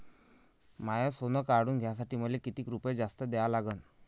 माय सोनं काढून घ्यासाठी मले कितीक रुपये जास्त द्या लागन?